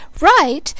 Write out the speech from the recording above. Right